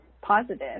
positive